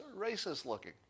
racist-looking